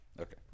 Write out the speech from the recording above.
Okay